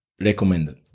recommended